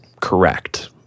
correct